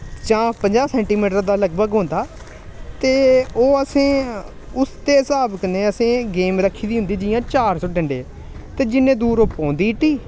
जां पंजाह् सैंटीमीटर दा लगभग होंदा ते ओह् असें उसदे स्हाब कन्नै असें गेम रक्खी दी होंदी जि'यां चार सौ डंडे ते जिन्ने दूर ओह् पौंदी इट्टी